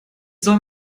soll